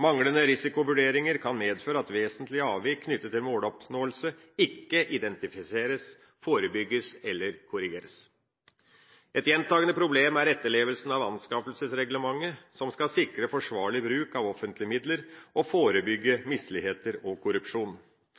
Manglende risikovurderinger kan medføre at vesentlige avvik knyttet til måloppnåelse ikke identifiseres, forebygges eller korrigeres. Et gjentagende problem er etterlevelsen av anskaffelsesreglementet, som skal sikre forsvarlig bruk av offentlige midler og forebygge misligheter og korrupsjon.